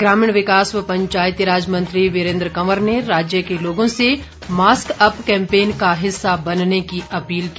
ग्रामीण विकास व पंचायतीराज मंत्री वीरेन्द्र कंवर ने राज्य के लोगों से मास्क अप कैम्पेन का हिस्सा बनने की अपील की